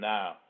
Now